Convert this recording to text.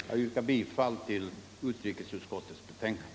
Jag yrkar bifall till utrikesutskottets hemställan.